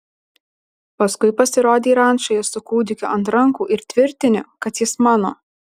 paskui pasirodei rančoje su kūdikiu ant rankų ir tvirtini kad jis mano